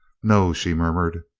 no, she murmured,